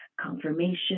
confirmation